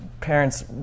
parents